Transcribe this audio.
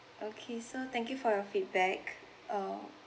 okay so thank you for your feedback uh